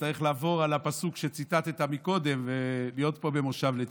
אצטרך לעבור על הפסוק שציטטת קודם ולהיות פה במושב לצים.